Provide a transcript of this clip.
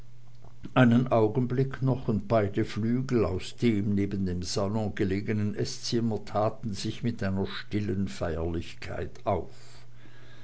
einen augenblick noch und beide flügel zu dem neben dem salon gelegenen eßzimmer taten sich mit einer stillen feierlichkeit auf